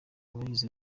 abagize